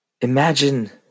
Imagine